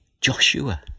Joshua